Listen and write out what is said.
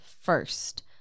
first